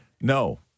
no